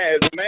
man